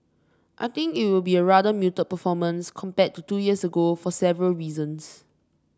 I think it will be a rather muted performance compared to two years ago for several reasons